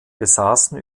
besaßen